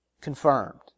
confirmed